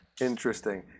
Interesting